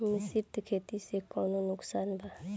मिश्रित खेती से कौनो नुकसान बा?